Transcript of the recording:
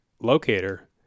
locator